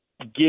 give